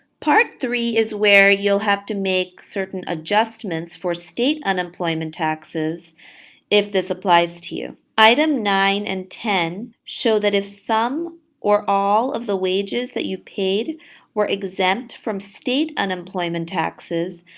part three is where you'll have to make certain adjustments for state unemployment taxes if this applies to you. item nine and ten show that if some or all of the wages that you paid were exempt from state unemployment taxes,